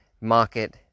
market